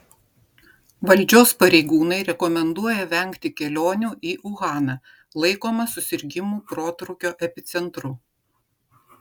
valdžios pareigūnai rekomenduoja vengti kelionių į uhaną laikomą susirgimų protrūkio epicentru